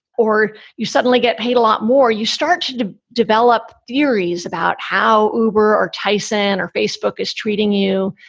or you suddenly get paid a lot more. you start to to develop theories about how uber or tyson or facebook is treating you,